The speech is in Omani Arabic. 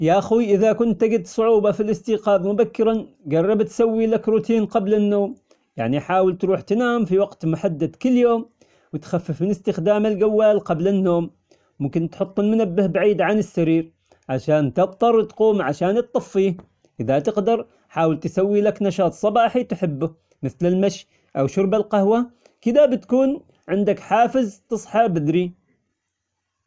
يا خوي إذا كنت تجد صعوبة في الإستيقاظ مبكرا جرب تسوي لك روتين قبل النوم، يعني حاول تروح تنام في وقت محدد كل يوم، وتخفف من استخدام الجوال قبل النوم، ممكن تحط المنبه بعيد عن السرير عشان تضطر تقوم عشان إطفيه، إذا تقدر حاول تسويلك نشاط صباحي تحبه مثل المشي أو شرب القهوة، كدا بتكون عندك حافز تصحى بدري.